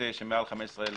ברשויות מעל 15,000